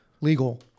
legal